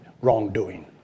wrongdoing